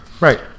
right